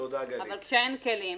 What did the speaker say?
אבל כשאין כלים,